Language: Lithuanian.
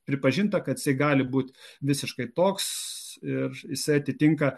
pripažinta kad jisai gali būt visiškai toks ir jisai atitinka